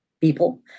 people